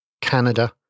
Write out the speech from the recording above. Canada